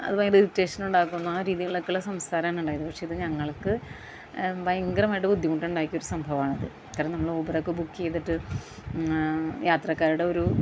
അത് ഭയങ്കര ഇറിറ്റേഷൻ ഉണ്ടാക്കുന്ന ആ രീതിയിലുള്ള ചില സംസാരമാണ് ഉണ്ടായത് പക്ഷേ ഇത് ഞങ്ങൾക്ക് ഭയങ്കരമായിട്ട് ബുദ്ധിമുട്ട് ഉണ്ടാക്കിയൊരു സംഭവം ആണത് കാരണം നമ്മൾ ഊബർ ഒക്കെ ബുക്ക് ചെയ്തിട്ട് യാത്രക്കാരുടെ ഒരു